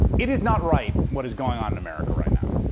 it is not right what is going on in america right now.